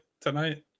tonight